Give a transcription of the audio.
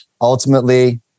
ultimately